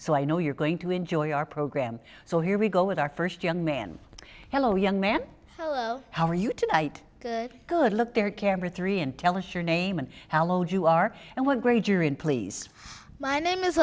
so i know you're going to enjoy our program so here we go with our first young man hello young man how are you tonight good look there camera three and tell us your name and how old you are and what grade you're in please my name is